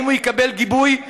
האם הוא יקבל גיבוי?